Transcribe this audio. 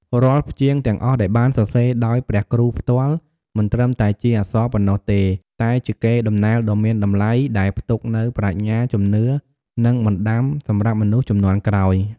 រាល់ព្យាង្គទាំងអស់ដែលបានសរសេរដោយព្រះគ្រូផ្ទាល់ មិនត្រឹមតែជាអក្សរប៉ុណ្ណោះទេ តែជា កេរដំណែលដ៏មានតម្លៃ ដែលផ្ទុកនូវប្រាជ្ញា ជំនឿ និងបណ្តាំសម្រាប់មនុស្សជំនាន់ក្រោយ។